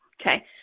Okay